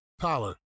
Tyler